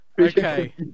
Okay